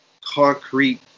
concrete